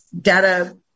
data